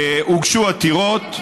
הוגשו עתירות,